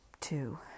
two